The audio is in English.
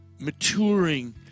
maturing